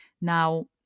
Now